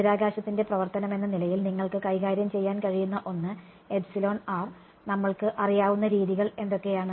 ബഹിരാകാശത്തിന്റെ പ്രവർത്തനമെന്ന നിലയിൽ നിങ്ങൾക്ക് കൈകാര്യം ചെയ്യാൻ കഴിയുന്ന ഒന്ന് നമ്മൾക്ക് അറിയാവുന്ന രീതികൾ എന്തൊക്കെയാണ്